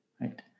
right